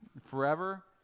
Forever